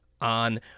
on